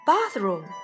Bathroom